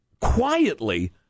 Quietly